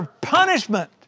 punishment